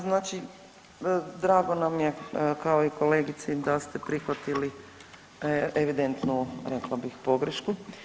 Znači drago nam je kao i kolegici da ste prihvatili evidentnu rekla bih pogrešku.